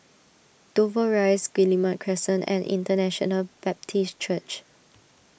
Dover Rise Guillemard Crescent and International Baptist Church